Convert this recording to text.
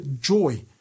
joy